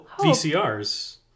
vcrs